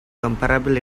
comparable